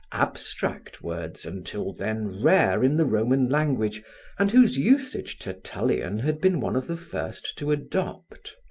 abstract words until then rare in the roman language and whose usage tertullian had been one of the first to adopt.